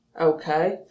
Okay